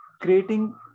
creating